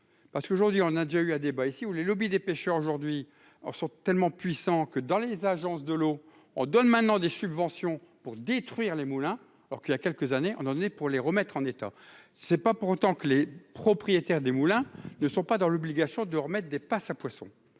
parce qu'aujourd'hui on a déjà eu un débat ici ou les lobbies des pêcheurs aujourd'hui or sont tellement puissants, que dans les agences de l'eau, on donne maintenant des subventions pour détruire les Moulins alors qu'il y a quelques années, on en est, pour les remettre en état, c'est pas pour autant que les propriétaires des moulins ne sont pas dans l'obligation de remettre des passes à poissons